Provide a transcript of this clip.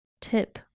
Tip